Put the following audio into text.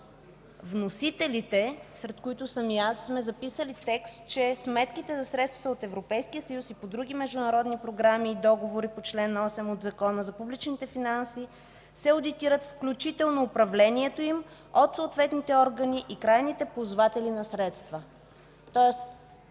вносителите, сред които съм и аз, сме записали текст, че: „Сметките за средствата от Европейския съюз и по други международни програми и договори по чл. 8 от Закона за публичните финанси се одитират, включително управлението им от съответните органи и крайните ползватели на средства”. Тоест